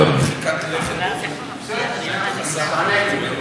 תודה, אדוני היושב-ראש.